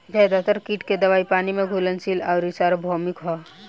ज्यादातर कीट के दवाई पानी में घुलनशील आउर सार्वभौमिक ह?